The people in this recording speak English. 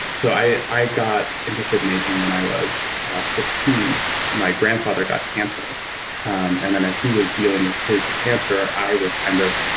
so i i got interested in aging when i was fifteen point my grandfather got cancer and then as he was dealing with his cancer, i was kind of